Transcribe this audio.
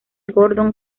gordon